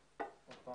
בדיון,